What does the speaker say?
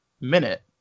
minute